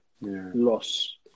loss